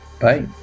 Bye